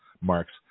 marks